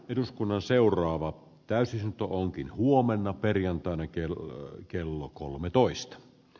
eduskunnan seuraava täysistunto onkin huomenna perjantaina kello kello kolmetoista p